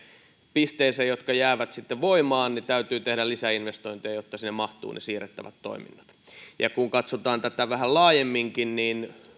pisteeseen jotka jäävät sitten voimaan täytyy tehdä lisäinvestointeja jotta sinne mahtuvat ne siirrettävät toiminnot kun katsotaan tätä vähän laajemminkin niin